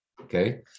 Okay